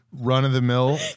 run-of-the-mill